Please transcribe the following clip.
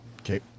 Okay